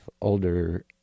older